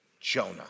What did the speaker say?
Jonah